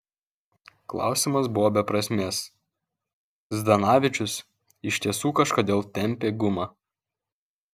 klausimas buvo be prasmės zdanavičius iš tiesų kažkodėl tempė gumą